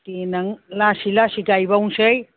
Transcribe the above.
देनां लासै लासै गायबावनोसै